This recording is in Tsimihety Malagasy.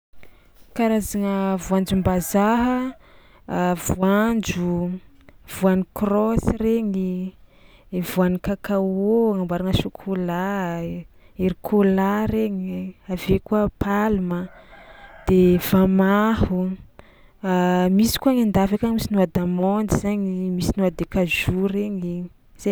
Karazagna voanjom-bazaha: voanjo, voan'ny koraoso regny, e voan'ny cacao agnamboarana chocolat, ery cola regny, avy eo koa palma de famaho, misy koa any an-dafy akagny misy noix d'amande zainy, misy noix de cajou regny, zay.